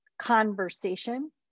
conversation